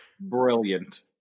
Brilliant